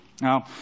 Now